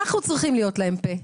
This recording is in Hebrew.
אנחנו צריכים להיות להם פה,